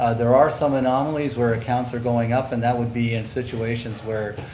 ah there are some anomalies where accounts are going up and that would be in situations where